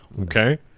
Okay